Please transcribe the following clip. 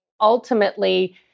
ultimately